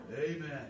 Amen